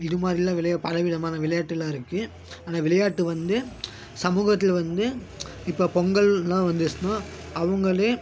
இது மாதிரிலாம் விளையா பல விதமான விளையாட்டுலாம் இருக்குது அந்த விளையாட்டு வந்து சமூகத்தில் வந்து இப்போ பொங்கல்லாம் வந்துச்சினால் அவங்களே